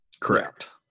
Correct